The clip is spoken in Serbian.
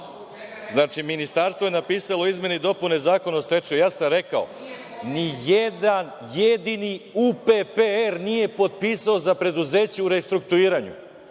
znači ministarstvo je napisalo izmene i dopune Zakona o stečaju, ja sam rekao, ni jedan jedini UPPR nije potpisao za preduzeće u restrukturiranju. Hoće